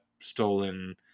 stolen